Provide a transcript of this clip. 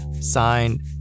Signed